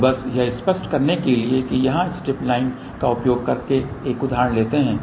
तो बस यह स्पष्ट करने के लिए कि यहाँ स्ट्रिप लाइन का उपयोग करके एक उदाहरण है